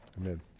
Amen